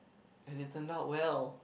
and it turned out well